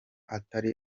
atari